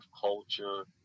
culture